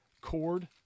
cord